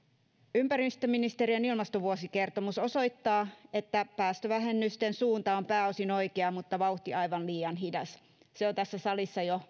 ympäristöministeriön ilmastovuosikertomus osoittaa että päästövähennysten suunta on pääosin oikea mutta vauhti aivan liian hidas se on tässä salissa jo